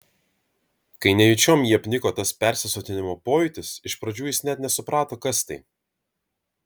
kai nejučiom jį apniko tas persisotinimo pojūtis iš pradžių jis net nesuprato kas tai